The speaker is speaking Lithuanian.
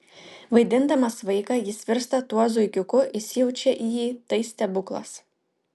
vaidindamas vaiką jis virsta tuo zuikiuku įsijaučia į jį tai stebuklas